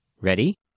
Ready